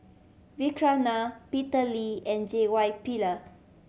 Vikram Nair Peter Lee and J Y Pillay